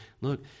look